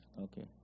Okay